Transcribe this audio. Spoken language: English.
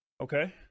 okay